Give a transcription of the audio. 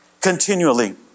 continually